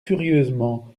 furieusement